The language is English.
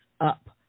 up